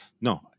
No